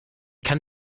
kann